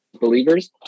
believers